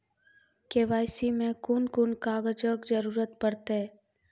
KYC मे कून कून कागजक जरूरत परतै?